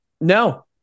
No